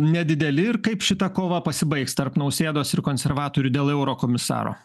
nedideli ir kaip šita kova pasibaigs tarp nausėdos ir konservatorių dėl eurokomisaro